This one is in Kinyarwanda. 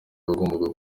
bagombaga